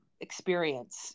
experience